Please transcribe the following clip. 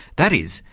that is,